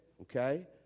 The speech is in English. okay